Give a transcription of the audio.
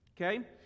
Okay